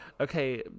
Okay